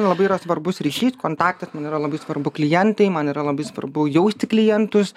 labai yra svarbus ryšys kontaktas man yra labai svarbu klientai man yra labai svarbu jausti klientus